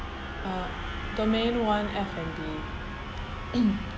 uh domain one F&B